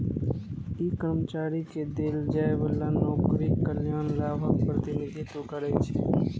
ई कर्मचारी कें देल जाइ बला नौकरीक कल्याण लाभक प्रतिनिधित्व करै छै